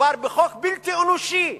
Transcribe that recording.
מדובר בחוק בלתי אנושי,